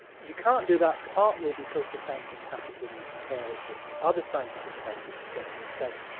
you can't do that partly because the same thing happens when you compare it with other scientific cultures, you get success,